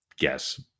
Yes